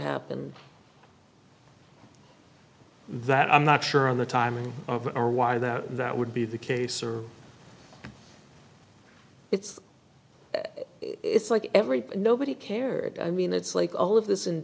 happened that i'm not sure on the timing or why that that would be the case or it's it's like every nobody cared i mean it's like all of this ind